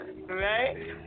Right